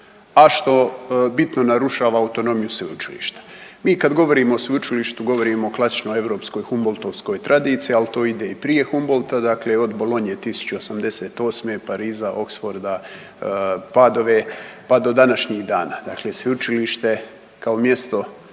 a što bitno narušava autonomiju sveučilišta. Mi kad govorimo o sveučilištu govorimo o klasično Europskoj Humboltovskoj tradiciji, ali to ide i prije Humbolta, dakle od Bolonje 1088. Pariza, Oxforda, Padove pa do današnjih dana, dakle sveučilište kao mjesto